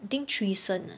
I think treason ah